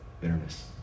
bitterness